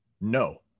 No